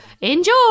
Enjoy